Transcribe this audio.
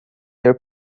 ter